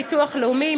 ביטוח לאומי,